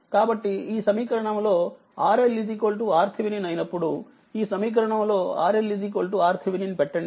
కాబట్టిఈ సమీకరణం లోRLRThevenin అయినప్పుడు ఈ సమీకరణంలోRLRThevenin పెట్టండి